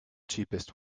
cheapest